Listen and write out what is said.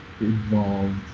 involved